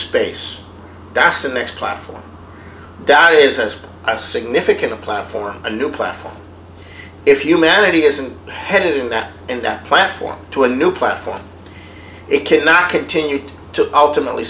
space that's the next platform that is a significant platform a new platform if humanity isn't headed in that and that platform to a new platform it cannot continue to ultimately